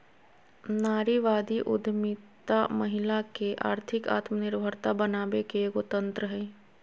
नारीवादी उद्यमितामहिला के आर्थिक आत्मनिर्भरता बनाबे के एगो तंत्र हइ